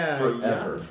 forever